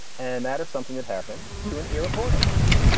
and that is something that happened to an iroquois in language.